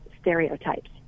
stereotypes